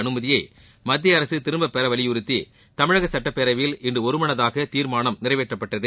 அனுமதியை மத்திய அரசு திரும்ப பெற வலியுறுத்தி தமிழக சட்டப்பேரவையில் இன்று ஒரு மனதாக தீர்மானம் நிறைவேற்றப்பட்டது